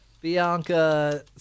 Bianca